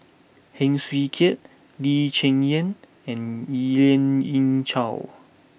Heng Swee Keat Lee Cheng Yan and Lien Ying Chow